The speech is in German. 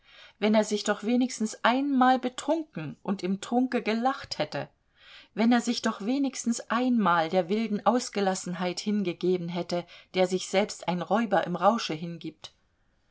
wenn er sich doch wenigstens einmal betrunken und im trunke gelacht hätte wenn er sich doch wenigstens einmal der wilden ausgelassenheit hingegeben hätte der sich selbst ein räuber im rausche hingibt